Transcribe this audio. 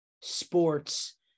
sports